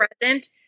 present